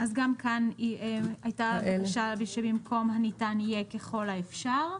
גם כאן הייתה בקשה שבמקום "הניתן" יהיה "ככל האפשר",